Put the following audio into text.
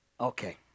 Okay